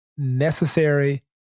necessary